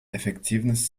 эффективность